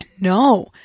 no